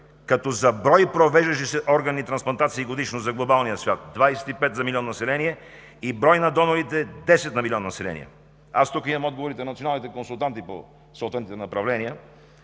като брой провеждащи се органни трансплантации годишно за глобалния свят – 25 за милион население, и брой на донорите – 10 на милион население. Тук имам отговорите на националните консултанти по съответните направления.